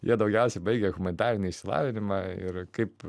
jie daugiausiai baigę humanitarinį išsilavinimą ir kaip